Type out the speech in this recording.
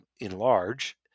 enlarge